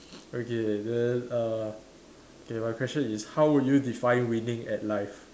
okay then uh okay my question is how would you define winning at life